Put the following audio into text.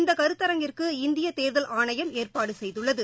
இந்த கருத்தரங்கிற்கு இந்திய தேர்தல் ஆணையம் ஏற்பாடு செய்துள்ளது